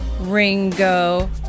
Ringo